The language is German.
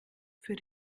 für